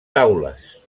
taules